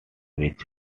which